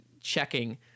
checking